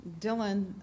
Dylan